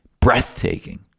breathtaking